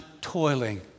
toiling